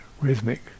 rhythmic